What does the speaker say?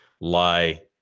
lie